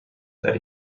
that